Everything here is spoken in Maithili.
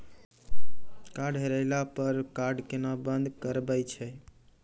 कार्ड हेरैला पर कार्ड केना बंद करबै छै?